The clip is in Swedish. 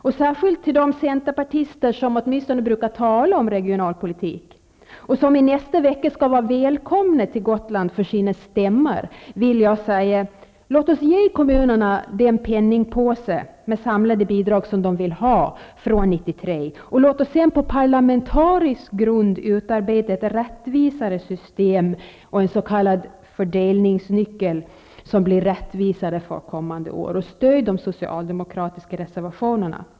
Och särskilt till de centerpartister som åtminstone brukar tala om regionalpolitik, och som i nästa vecka skall vara välkomna till Gotland för sina stämmor, vill jag säga: Låt oss ge kommunerna den penningpåse med samlade bidrag som de vill ha från 1993, och låt oss sedan på parlamentarisk grund utarbeta ett rättvisare system och en s.k. fördelningsnyckel för kommande år! Och stöd de socialdemokratiska reservationerna!